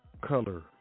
color